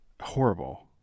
Horrible